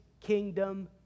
kingdom